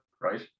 right